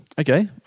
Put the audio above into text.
Okay